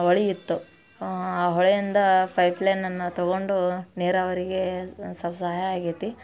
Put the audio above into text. ಹೊಳಿ ಇತ್ತು ಆ ಹೊಳೆಯಿಂದ ಫೈಫ್ ಲೈನನ್ನು ತಗೊಂಡು ನೀರಾವರಿಗೆ ಸಲ್ಪ ಸಹಾಯ ಆಗೈತಿ